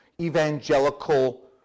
evangelical